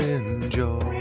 enjoy